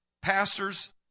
pastors